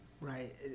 right